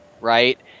Right